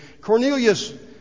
Cornelius